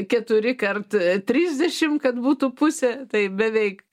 keturi kart trisdešim kad būtų pusė tai beveik